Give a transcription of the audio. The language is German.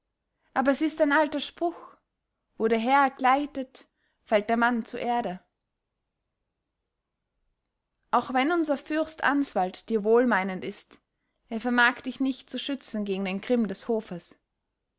aber es ist ein alter spruch wo der herr gleitet fällt der mann zur erde auch wenn unser fürst answald dir wohlmeinend ist er vermag dich nicht zu schützen gegen den grimm des hofes